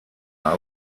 out